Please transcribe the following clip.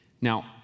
Now